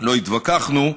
לא התווכחנו,